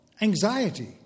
Anxiety